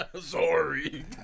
Sorry